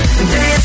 Dance